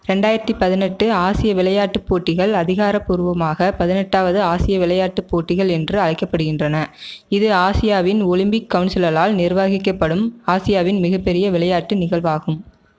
ரெண்டாயிரத்து பதினெட்டு ஆசிய விளையாட்டுப் போட்டிகள் அதிகாரப்பூர்வமாக பதினெட்டாவது ஆசிய விளையாட்டுப் போட்டிகள் என்று அழைக்கப்படுகின்றன இது ஆசியாவின் ஒலிம்பிக் கவுன்சிலால் நிர்வகிக்கப்படும் ஆசியாவின் மிகப்பெரிய விளையாட்டு நிகழ்வாகும்